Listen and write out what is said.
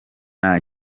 nta